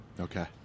Okay